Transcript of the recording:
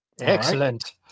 Excellent